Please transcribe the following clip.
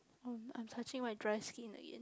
oh I'm touching my dry skin again